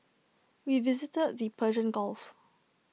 we visited the Persian gulf